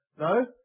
No